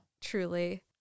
Truly